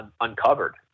uncovered